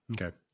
Okay